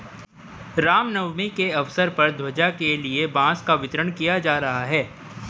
राम नवमी के अवसर पर ध्वजा के लिए बांस का वितरण किया जा रहा है